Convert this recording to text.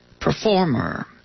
performer